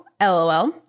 LOL